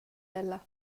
ella